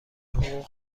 حقوق